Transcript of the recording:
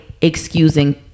excusing